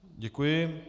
Děkuji.